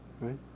right